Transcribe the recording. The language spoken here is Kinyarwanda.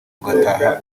ugataha